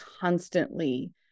constantly